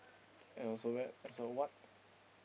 and also that as a what